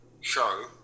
show